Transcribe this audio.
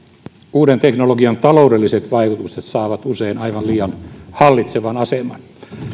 uuden teknologian taloudelliset vaikutukset saavat usein aivan liian hallitsevan aseman